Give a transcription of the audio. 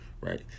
right